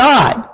God